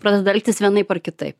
pradeda elgtis vienaip ar kitaip